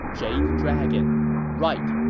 jade dragon right,